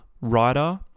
writer